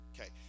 okay